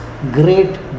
great